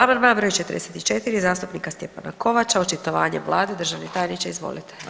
Amandman br. 44 zastupnika Stjepana Kovača, očitovanje Vlade, državni tajniče izvolite.